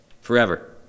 forever